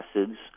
acids